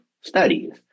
studies